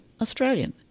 Australian